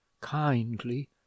kindly